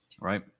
Right